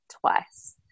twice